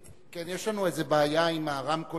כן, יש לנו איזה בעיה עם הרמקולים,